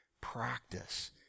practice